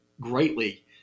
greatly